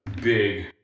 big